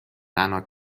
تنها